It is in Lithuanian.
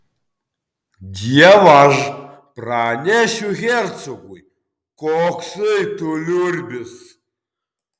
dievaž pranešiu hercogui koksai tu liurbis